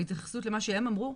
והתייחסות למה שהם אמרו,